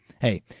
Hey